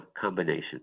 combination